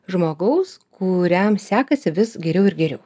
žmogaus kuriam sekasi vis geriau ir geriau